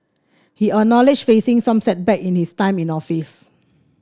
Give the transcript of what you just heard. he acknowledged facing some setback in his time in office